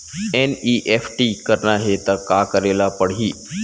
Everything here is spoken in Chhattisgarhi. एन.ई.एफ.टी करना हे त का करे ल पड़हि?